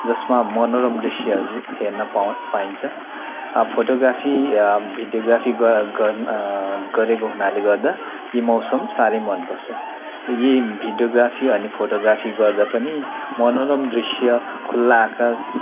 जसमा मनोरम दृश्यहरू हेर्नु पा पाइन्छ फोटोग्राफी भिडियोग्राफी ग गर् गरेको हुनाले गर्दा यी मौसम साह्रै मनपर्छ यी भिडियोग्राफी अनि फोटोग्राफी गर्दा पनि मनोरम दृश्य खुल्ला आकाश